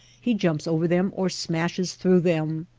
he jumps over them or smashes through them.